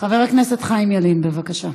הכנסת חיים ילין, בבקשה.